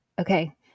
okay